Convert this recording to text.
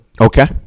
Okay